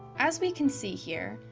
as we can see here,